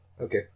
Okay